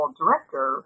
director